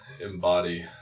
embody